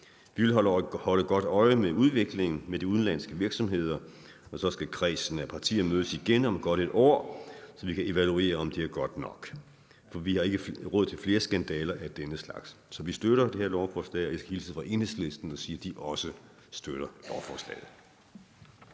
Vi vil holde godt øje med udviklingen hos de udenlandske virksomheder, og så skal kredsen af partier mødes igen om godt et år, så vi kan evaluere, om det er godt nok, for vi har ikke råd til flere skandaler af denne slags. Så vi støtter det her lovforslag. Og jeg skal hilse fra Enhedslisten og sige, at de også støtter lovforslaget.